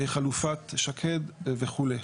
חלופת שקד וכולי.